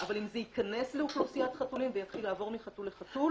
אבל אם זה ייכנס לאוכלוסיית חתולים ויתחיל לעבור מחתול לחתול,